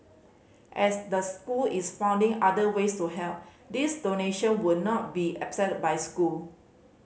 as the school is finding other ways to help this donation would not be accepted by school